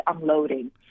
unloading